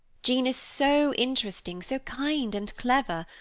jean is so interesting, so kind and clever.